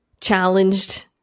challenged